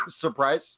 Surprise